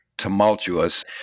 Tumultuous